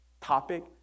Topic